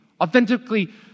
Authentically